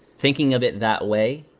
thinking of it that way,